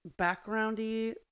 backgroundy